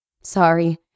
Sorry